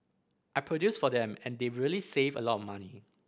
I produce for them and they really save a lot of money